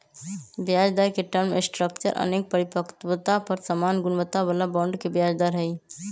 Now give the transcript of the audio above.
ब्याजदर के term structure अनेक परिपक्वता पर समान गुणवत्ता बला बॉन्ड के ब्याज दर हइ